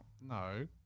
no